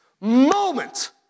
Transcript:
moment